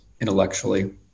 intellectually